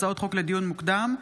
הצעות חוק לדיון מוקדם,